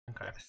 okay